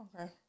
Okay